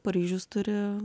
paryžius turi